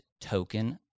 token